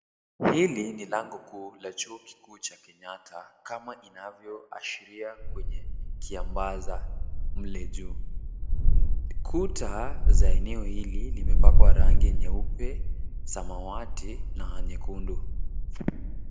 Hili ni lango kuu la chuo kikuu cha Kenyatta kama inavyoashiria kwenye kiambaza mle juu. Kuta za eneo hili limepakwa rangi nyeupe, samawati na nyekundu.